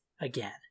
again